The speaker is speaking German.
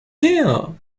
her